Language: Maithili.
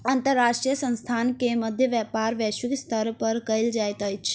अंतर्राष्ट्रीय संस्थान के मध्य व्यापार वैश्विक स्तर पर कयल जाइत अछि